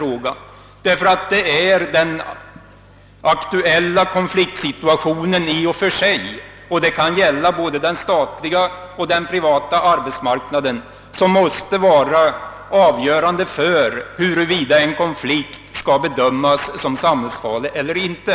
Det är nämligen den aktuella konfliktsituationen i och för sig — och det gäller både den statliga och den privata arbetsmarknaden — som måste vara avgörande för huruvida en konflikt skall bedömas som samhällsfarlig eller inte.